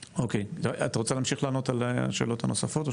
אוקי, את רוצה להמשיך לענות על השאלות הנוספות?